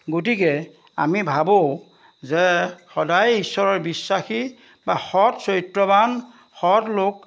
গতিকে আমি ভাবোঁ যে সদায় ঈশ্বৰৰ বিশ্বাসী বা সৎ চৰিত্ৰৱান সৎ লোক